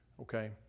Okay